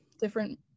different